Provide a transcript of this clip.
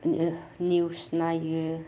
news नायो